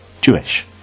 jewish